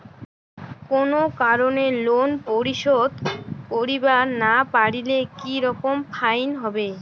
কোনো কারণে লোন পরিশোধ করিবার না পারিলে কি রকম ফাইন হবে?